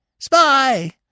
Spy